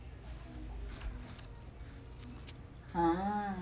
!huh!